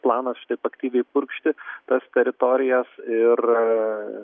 planas šitaip aktyviai purkšti tas teritorijas ir